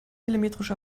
telemetrisch